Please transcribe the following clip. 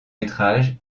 métrages